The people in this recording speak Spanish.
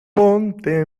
ponte